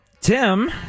Tim